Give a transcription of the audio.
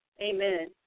Amen